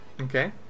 Okay